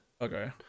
Okay